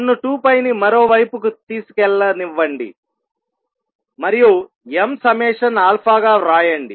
నన్ను 2ని మరోవైపుకు తీసుకెళ్లలనివ్వండి మరియు m సమ్మేషన్ గా వ్రాయండి